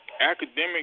academic